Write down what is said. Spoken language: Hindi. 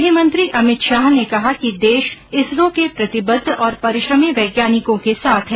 गृहमंत्री अभित शाह ने कहा है कि देश इसरो के प्रतिबद्ध और परिश्रमी वैज्ञानिकों के साथ है